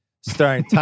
starring